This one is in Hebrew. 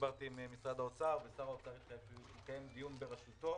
דיברתי עם משרד האוצר ושר האוצר התחייב לקיים דיון בראשותו